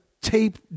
Tape